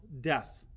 death